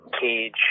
Cage